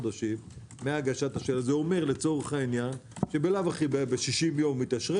מהגשה זה אומר לצורך העניין שבלאו הכי ב-60 יום מתאשר.